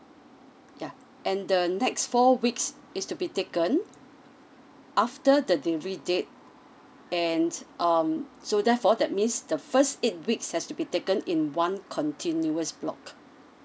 yeah and the next four weeks is to be taken after the delivery date and um so therefore that means the first eight weeks has to be taken in one continuous block